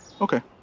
Okay